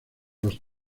los